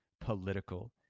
political